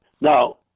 Now